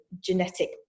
genetic